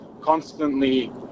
constantly